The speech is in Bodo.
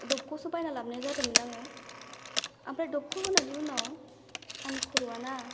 दभ दभखौसो बायना लाबोनाय जादोंमोन आङो ओमफ्राय दभखौ होनायनि उनाव आंनि खर'आना